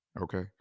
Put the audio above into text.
Okay